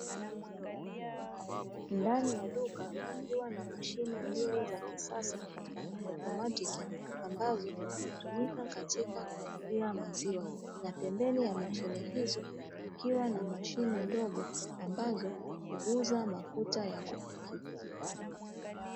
Ndani ya duka kukiwa na mashine mbili za kisasa na za kiautomatiki, ambazo hutumika katika kununulia maziwa na pembeni ya mashine hizo kukiwa na mashine ndogo ambazo huuuza mafuta ya kupikia.